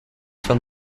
from